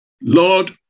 Lord